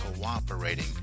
cooperating